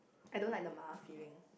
I don't like the 麻: ma feeling